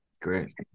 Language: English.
great